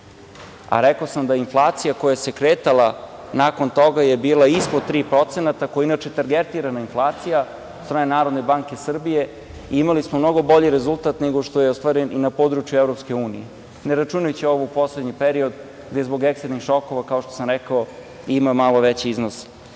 a rekao sam da je inflacija koja se kretala nakon toga je bila ispod 3% koja je inače targetirana inflacija od strane Narodne banke Srbije, imali smo mnogo bolji rezultat nego što je ostvaren i na području EU, ne računajući ovaj poslednji period gde zbog eksternih šokova, kao što sam rekao, ima malo veći iznos